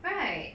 right